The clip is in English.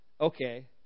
okay